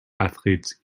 athletes